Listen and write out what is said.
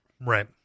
Right